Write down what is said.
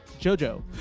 Jojo